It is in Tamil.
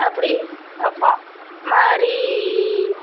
அப்படி வைப்போம் மாதிரி